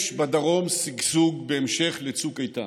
יש בדרום שגשוג בהמשך לצוק איתן.